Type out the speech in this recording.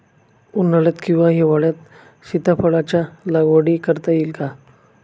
उन्हाळ्यात किंवा हिवाळ्यात सीताफळाच्या लागवड करता येईल का?